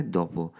dopo